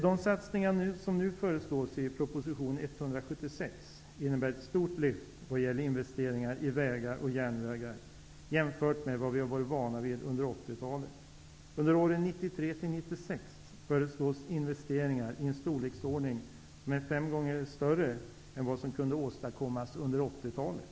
De satsningar som nu föreslås i proposition 176 innebär ett stort lyft vad gäller investeringar i vägar och järnvägar jämfört med vad vi har varit vana vid under 80-talet. För åren 1993-1996 föreslås investeringar i en storleksordning som är fem gånger större än vad som kunde åstadkommas under 80-talet.